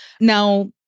Now